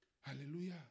Hallelujah